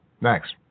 next